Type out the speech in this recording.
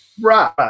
Right